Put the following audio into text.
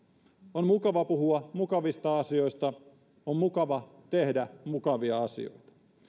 on mukava puhua mukavista asioista on mukava tehdä mukavia asioita